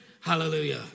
hallelujah